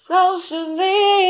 Socially